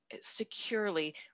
securely